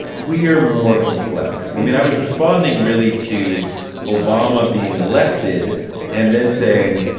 we're more complex. i mean, i was responding really to obama being elected and then saying,